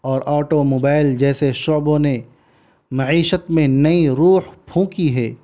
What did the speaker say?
اور automobile جیسے شعبوں نے معیشت میں نئی روخ پھونکی ہے